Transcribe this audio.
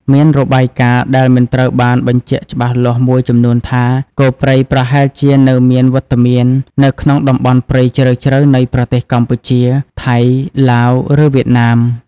មានរបាយការណ៍ដែលមិនត្រូវបានបញ្ជាក់ច្បាស់លាស់មួយចំនួនថា គោព្រៃប្រហែលជានៅមានវត្តមាននៅក្នុងតំបន់ព្រៃជ្រៅៗនៃប្រទេសកម្ពុជា ថៃ ឡាវ ឬវៀតណាម។